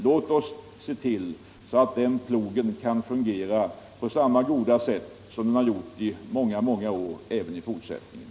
Låt oss se till att den plogen kan fungera på samma goda sätt som den har gjort i många år även i fortsättningen.